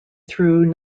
through